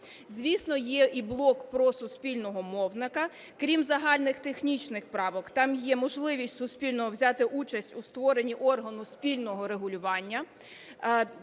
Звісно, є і блок про суспільного мовника. Крім загальних технічних правок, там є можливість суспільного взяти участь у створенні органу спільного регулювання.